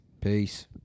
Peace